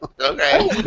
Okay